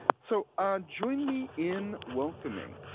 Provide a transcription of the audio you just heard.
so ah join me in welcoming,